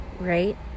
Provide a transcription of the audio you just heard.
right